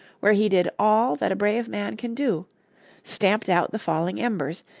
where he did all that a brave man can do stamped out the falling embers,